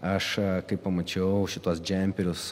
aš kai pamačiau šituos džemperius